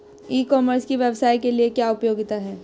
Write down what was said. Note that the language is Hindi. ई कॉमर्स की व्यवसाय के लिए क्या उपयोगिता है?